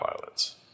pilots